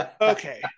Okay